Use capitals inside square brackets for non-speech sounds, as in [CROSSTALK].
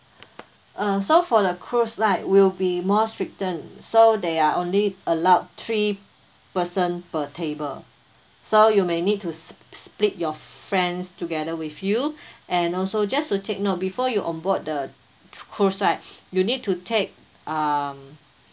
uh so for the cruise right will be more stricten so they are only allowed three person per table so you may need to sp~ split your friends together with you [BREATH] and also just to take note before you on board the cr~ cruise right you need to take um